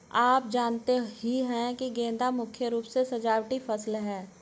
आप जानते ही है गेंदा मुख्य रूप से सजावटी फसल है